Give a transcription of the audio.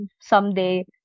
someday